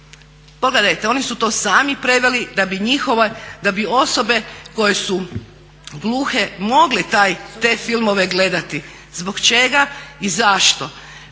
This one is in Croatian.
Pogledajte oni su to sami preveli da bi njihove, da bi osobe koje su gluhe mogli te filmove gledati. Zbog čega i zašto?